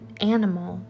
animal